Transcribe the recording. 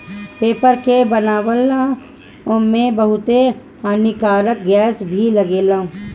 paper के बनावला में बहुते हानिकारक गैस भी निकलेला